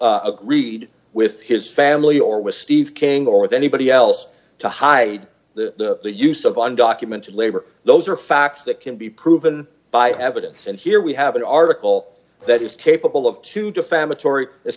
agreed with his family or with steve king or with anybody else to hide the use of undocumented labor those are facts that can be proven by evidence and here we have an article that is capable of two defamatory